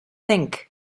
think